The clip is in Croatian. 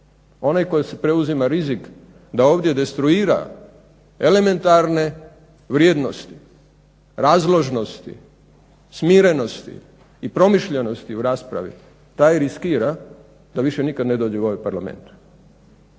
Onaj koji preuzima rizik da ovdje destruira elementarne vrijednosti, razložnosti, smirenosti i promišljenosti u raspravi, taj riskira da više nikada ne dođe u ovaj Parlament.